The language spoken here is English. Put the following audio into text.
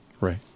Right